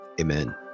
Amen